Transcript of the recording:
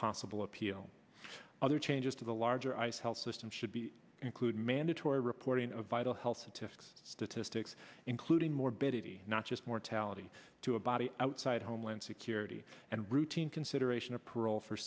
possible appeal other changes to the larger ice health system should be include mandatory reporting of vital health statistics statistics including morbidity not just mortality to a body outside homeland security and routine consideration of parole for